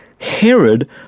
Herod